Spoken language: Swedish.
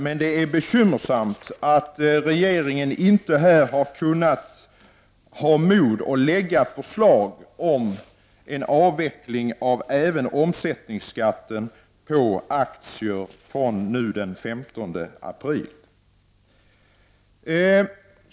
Men det är bekymmersamt att regeringen inte haft mod att lägga fram förslag om en avveckling även av omsättningsskatten på aktier från den 15 april.